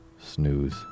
snooze